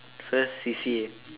first C_C_A